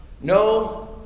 no